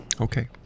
Okay